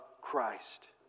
Christ